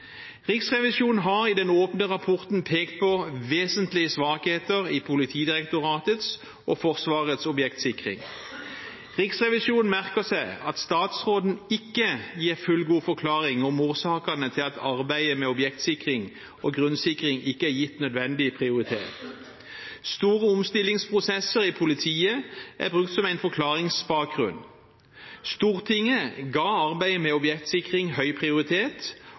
Riksrevisjonen har i den åpne rapporten pekt på vesentlige svakheter i Politidirektoratets og Forsvarets objektsikring. Riksrevisjonen merker seg at statsråden ikke gir fullgod forklaring om årsakene til at arbeidet med objektsikring og grunnsikring ikke er gitt nødvendig prioritet. Store omstillingsprosesser i politiet er brukt som en forklaringsbakgrunn. Stortinget ga arbeidet med objektsikring høy prioritet,